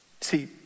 See